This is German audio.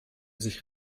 sich